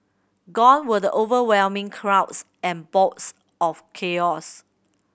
gone were the overwhelming crowds and bouts of chaos